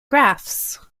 graphs